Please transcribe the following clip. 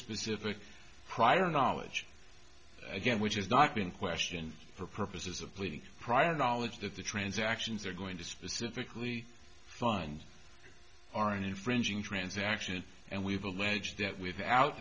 specific prior knowledge again which is not being questioned for purposes of pleading prior knowledge that the transactions are going to specifically fund our infringing transactions and we've alleged that without